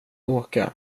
åka